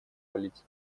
политики